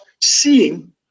seeing